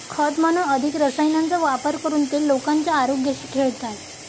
खत म्हणून अधिक रसायनांचा वापर करून ते लोकांच्या आरोग्याशी खेळतात